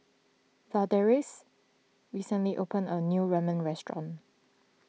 Ladarius recently opened a new Ramyeon restaurant